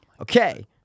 Okay